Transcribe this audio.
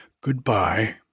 Goodbye